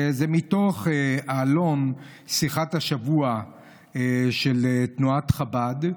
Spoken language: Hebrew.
זה מתוך העלון שיחת השבוע של תנועת חב"ד.